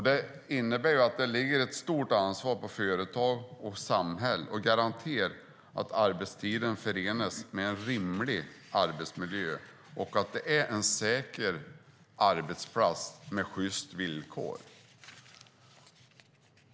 Det innebär att det ligger ett stort ansvar på företag och samhälle att garantera att arbetstiden förenas med en rimlig arbetsmiljö och att det är en säker arbetsplats med sjysta villkor.